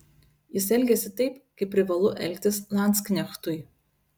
jis elgėsi taip kaip privalu elgtis landsknechtui